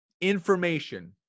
information